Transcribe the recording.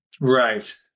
Right